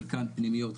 חלקן פנימיות,